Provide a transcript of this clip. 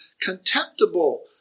contemptible